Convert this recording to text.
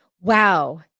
Wow